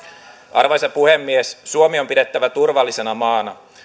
arvoisa puhemies suomi on pidettävä turvallisena maana